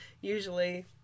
usually